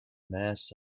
mass